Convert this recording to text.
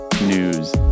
News